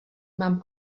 mám